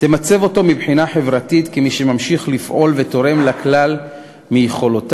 ימצבו אותו מבחינה חברתית כמי שממשיך לפעול ותורם לכלל מיכולותיו,